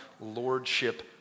lordship